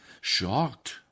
Shocked